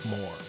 more